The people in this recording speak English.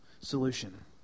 solution